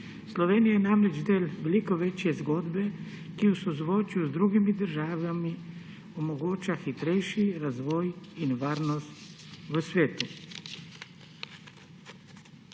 Slovenija je namreč del veliko večje zgodbe, ki v sozvočju z drugimi državami omogoča hitrejši razvoj in varnost v svetu.